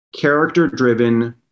character-driven